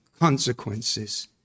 consequences